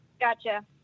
Gotcha